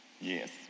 Yes